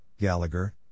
Gallagher